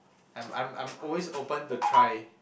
I'm I'm I'm always open to try